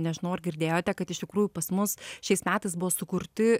nežinau ar girdėjote kad iš tikrųjų pas mus šiais metais buvo sukurti